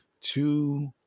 two